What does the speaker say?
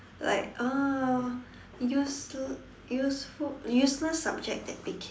like uh useless useful useless subjects that became